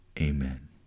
Amen